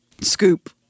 scoop